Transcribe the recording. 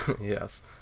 yes